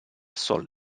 soldi